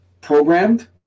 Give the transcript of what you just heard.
programmed